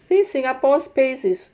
I think singapore pace is